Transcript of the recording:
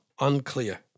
unclear